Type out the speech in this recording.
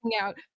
out